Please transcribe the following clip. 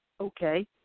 Okay